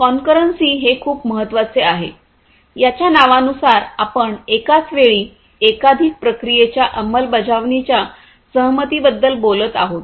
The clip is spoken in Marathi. कोणकरन्सी हे खूप महत्वाचे आहे याच्या नावानुसार आपण एकाच वेळी एकाधिक प्रक्रियेच्या अंमलबजावणीच्या सहमतीबद्दल बोलत आहोत